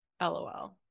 lol